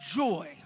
joy